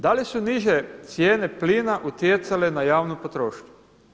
Da li su niže cijene plina utjecale na javnu potrošnju?